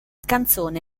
canzone